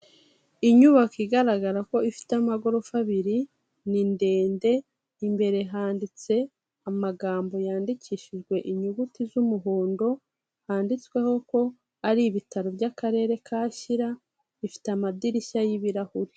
Inyubako igaragara ko ifite amagorofa abiri, ni ndende, imbere handitse amagambo yandikishijwe inyuguti z'umuhondo, handitsweho ko ari ibitaro by'akarere ka Shyira bifite amadirishya y'ibirahuri.